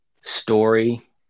story